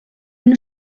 una